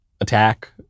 attack